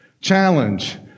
Challenge